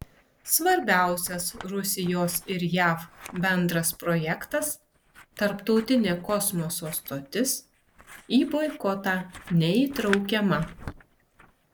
svarbiausias rusijos ir jav bendras projektas tarptautinė kosmoso stotis į boikotą neįtraukiama